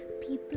People